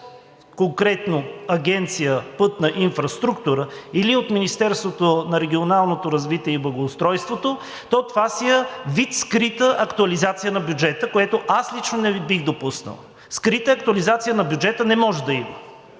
конкретно от Агенция „Пътна инфраструктура“ или от Министерството на регионалното развитие и благоустройството, то това си е вид скрита актуализация на бюджета, което аз лично не бих допуснал. Скрита актуализация на бюджета не може да има